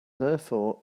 therefore